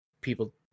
people